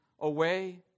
away